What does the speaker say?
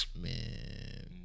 Man